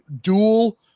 dual